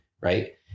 right